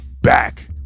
back